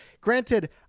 Granted